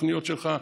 התוכניות שלך,